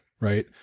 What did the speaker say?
right